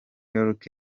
york